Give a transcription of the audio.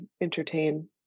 entertain